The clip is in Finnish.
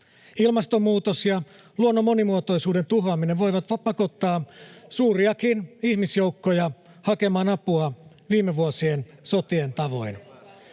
Ilmastonmuutos ja luonnon monimuotoisuuden tuhoaminen voivat pakottaa suuriakin ihmisjoukkoja hakemaan apua viime vuosien sotien tavoin.